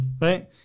right